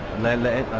learn that?